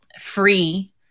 free